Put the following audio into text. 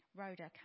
Rhoda